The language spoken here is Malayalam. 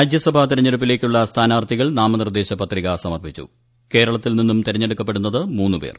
രാജ്യസഭ തെരഞ്ഞെടുപ്പിലേക്കുള്ള ന് സ്ഥാനാർത്ഥികൾ ന്ാമനിർദ്ദേശ പത്രിക സമർപ്പിച്ചു കേരളത്തിൽ നിന്നും തെരഞ്ഞെടുക്കപ്പെടുന്നത് മൂന്ന് പേർ